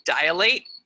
dilate